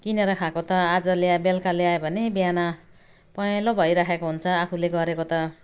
किनेर खाएको त आज ल्याए बेलुका ल्यायो भने बिहान पहेँलो भइरहेको हुन्छ आफूले गरेको त